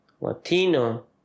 latino